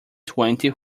twenty